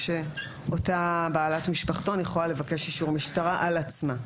שאותה בעלת משפחתון יכולה לבקש אישור משטרה על עצמה.